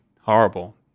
horrible